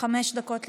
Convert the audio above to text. חמש דקות לרשותך,